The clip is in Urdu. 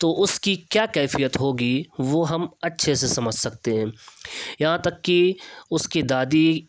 تو اس کی کیا کیفیت ہوگی وہ ہم اچھے سے سمجھ سکتے ہیں یہاں تک کہ اس کی دادی